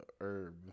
herb